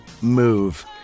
move